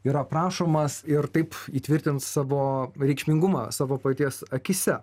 yra prašomas ir taip įtvirtint savo reikšmingumą savo paties akyse